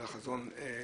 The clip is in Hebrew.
אלא חזון קצר,